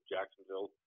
Jacksonville